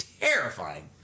terrifying